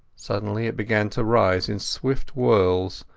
suddenly it began to rise in swift whorls,